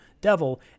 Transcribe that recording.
devil